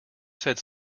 said